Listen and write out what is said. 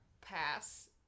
pass